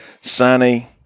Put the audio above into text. sunny